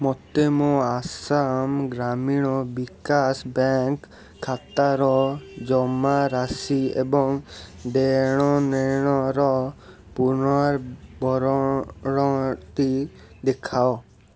ମୋତେ ମୋ ଆସାମ ଗ୍ରାମୀଣ ବିକାଶ ବ୍ୟାଙ୍କ୍ ଖାତାର ଜମାରାଶି ଏବଂ ଦେଣନେଣର ଦେଖାଅ